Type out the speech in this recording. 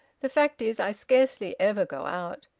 the fact is, i scarcely ever go out.